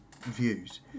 views